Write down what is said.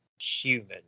human